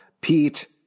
Pete